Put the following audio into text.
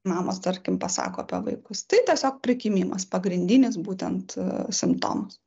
mamos tarkim pasako apie vaikus tai tiesiog prikimimas pagrindinis būtent simptomas